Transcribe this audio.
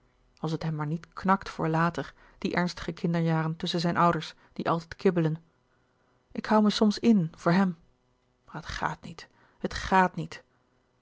als het hem maar niet louis couperus de boeken der kleine zielen knakt voor later die ernstige kinderjaren tusschen zijn ouders die altijd kibbelen ik hoû me soms in voor hem maar het gaat niet het gaat niet